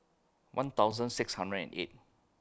one thousand six hundred and eight